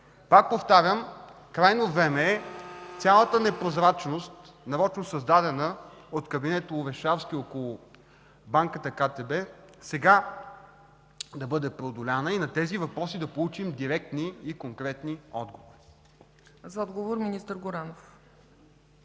Пак повтарям, крайно време е цялата непрозрачност, нарочно създадена от кабинета Орешарски около банката КТБ, сега да бъде преодоляна и на тези въпроси да получим директни и конкретни отговори.